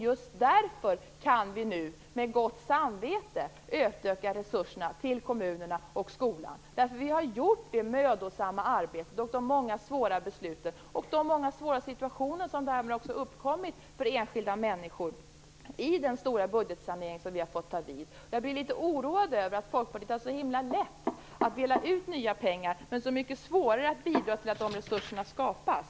Just därför kan vi nu med gott samvete utöka resurserna till kommunerna och skolan. Vi har gjort det mödosamma arbetet och fattat de många svåra besluten. Många svåra situationer har också uppkommit för enskilda människor på grund av den stora budgetsanering som vi har fått genomföra. Jag blir litet oroad över att Folkpartiet har så lätt att dela ut nya pengar men så mycket svårare att bidra till att dessa resurser skapas.